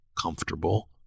comfortable